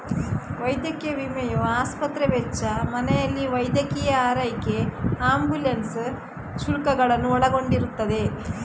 ವೈದ್ಯಕೀಯ ವಿಮೆಯು ಆಸ್ಪತ್ರೆ ವೆಚ್ಚ, ಮನೆಯಲ್ಲಿ ವೈದ್ಯಕೀಯ ಆರೈಕೆ ಆಂಬ್ಯುಲೆನ್ಸ್ ಶುಲ್ಕಗಳನ್ನು ಒಳಗೊಂಡಿರುತ್ತದೆ